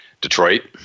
Detroit